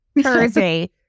Thursday